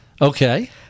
Okay